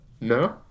No